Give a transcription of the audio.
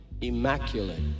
immaculate